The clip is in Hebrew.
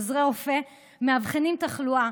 עוזרי רופא מאבחנים תחלואה,